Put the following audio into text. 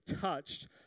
touched